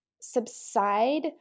subside